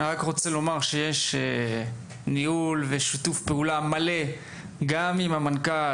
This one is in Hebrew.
יש ניהול ושיתוף פעולה מלא גם עם המנכ"ל,